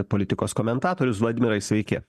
politikos komentatorius vladimirai sveiki